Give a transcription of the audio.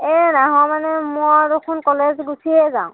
এ নহয় মানে মই দেখোন কলেজ গুছিয়ে যাওঁ